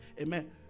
amen